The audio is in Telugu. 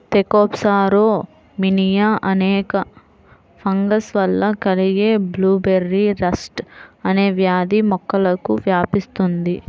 థెకోప్సోరా మినిమా అనే ఫంగస్ వల్ల కలిగే బ్లూబెర్రీ రస్ట్ అనే వ్యాధి మొక్కలకు వ్యాపిస్తుంది